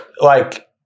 like-